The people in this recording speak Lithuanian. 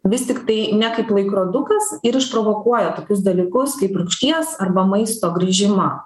vis tiktai ne kaip laikrodukas ir išprovokuoja tokius dalykus kaip rūgšties arba maisto grįžimą